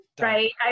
right